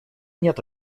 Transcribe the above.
нет